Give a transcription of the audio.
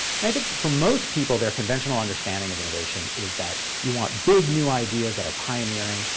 and i think for most people, their conventional understanding of innovation is that you want big new ideas that are pioneering.